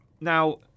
Now